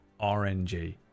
RNG